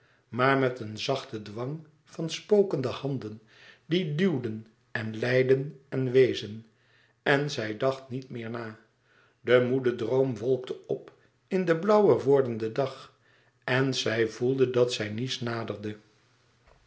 maar met een zachten dwang van spokende handen die duwden en leidden en wezen en zij dacht niet meer na de moede droom wolkte op in den blauwer wordenden dag en zij voelde dat zij nice naderde